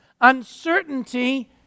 uncertainty